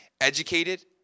educated